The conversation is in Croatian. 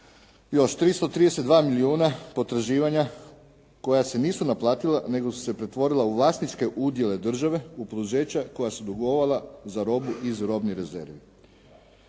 još 332 milijuna potraživanja koja se nisu naplatila nego su se pretvorila u vlasničke udjele države u poduzeća koja su dugovala za robu iz robnih rezervi.